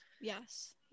Yes